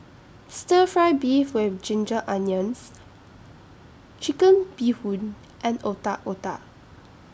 Stir Fry Beef with Ginger Onions Chicken Bee Hoon and Otak Otak